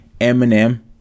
Eminem